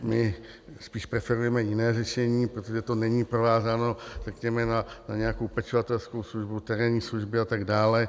My spíš preferujeme jiné řešení, protože to není provázáno na nějakou pečovatelskou službu, terénní služby atd.